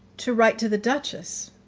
to write to the duchess,